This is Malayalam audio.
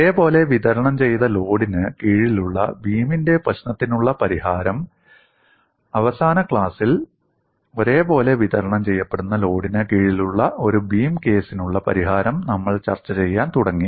ഒരേപോലെ വിതരണം ചെയ്ത ലോഡിന് കീഴിലുള്ള ബീമിന്റെ പ്രശ്നത്തിനുള്ള പരിഹാരം അവസാന ക്ലാസ്സിൽ ഒരേപോലെ വിതരണം ചെയ്യപ്പെടുന്ന ലോഡിന് കീഴിലുള്ള ഒരു ബീം കേസിനുള്ള പരിഹാരം നമ്മൾ ചർച്ചചെയ്യാൻ തുടങ്ങി